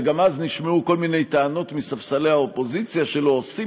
וגם אז נשמעו כל מיני טענות מספסלי האופוזיציה שלא עושים